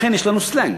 לכן יש לנו סלנג.